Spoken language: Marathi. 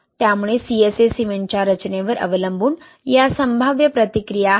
त्यामुळे CSA सिमेंटच्या रचनेवर अवलंबून या संभाव्य प्रतिक्रिया आहेत